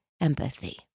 empathy